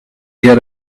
get